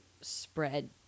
spread